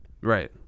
Right